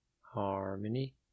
harmony